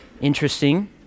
Interesting